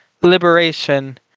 liberation